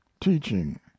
teaching